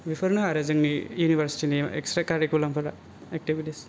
बेफोरनो आरो जोंनि इउनिभारसिटिनि इक्सट्रा कारिकुलाम फोरा एकटिबिटिस